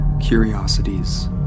curiosities